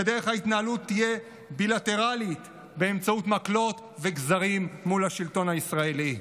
ודרך ההתנהלות תהיה בילטרלית באמצעות מקלות וגזרים מול השלטון הישראלי.